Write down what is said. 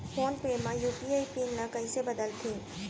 Phone पे म UPI PIN ल कइसे बदलथे?